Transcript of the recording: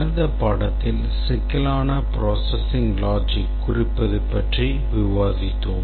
கடந்த பாடத்தில் சிக்கலான processing logicஐ குறிப்பது பற்றி விவாதித்தோம்